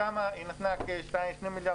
שם היא נתנה כשני מיליארד,